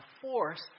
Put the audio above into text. force